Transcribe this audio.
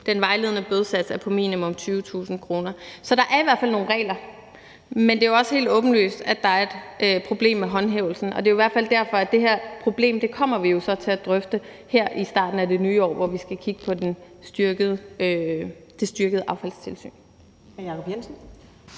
Den vejledende bødesats er på minimum 20.000 kr. Så der er i hvert fald nogle regler, men det er også helt åbenlyst, at der er et problem med håndhævelsen. Det er jo i hvert fald derfor, at vi kommer til at drøfte det her problem i starten af det nye år, hvor vi skal kigge på det styrkede affaldstilsyn.